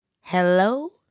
Hello